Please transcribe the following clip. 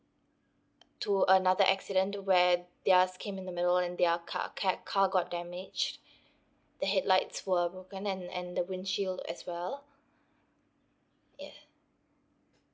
to another accident where theirs came in the middle and their car cat car got damaged the headlights were broken and and the windshield as well yeah